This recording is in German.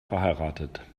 verheiratet